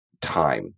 time